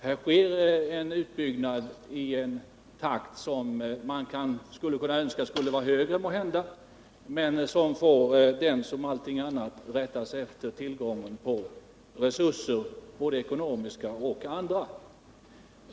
Här sker en utbyggnad i en takt som man måhända skulle önska var högre, men man får här, liksom när det gäller allting annat, rätta sig efter tillgången på resurser, både ekonomiska och andra.